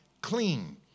clean